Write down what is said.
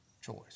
choice